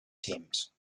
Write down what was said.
teams